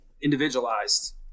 individualized